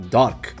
dark